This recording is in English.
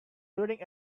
during